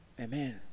Amen